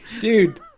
Dude